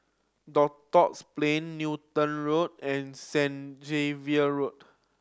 Duxton Plain Newton Road and St Xavier Road